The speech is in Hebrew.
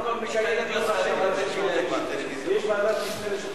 יש ועדת משנה לשוטרים.